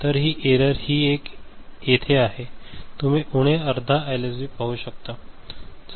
तर ही एरर ही येथे आहे तुम्ही उणे अर्धा एलएसबी पाहू शकता